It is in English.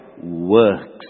works